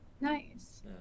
Nice